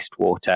wastewater